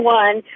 one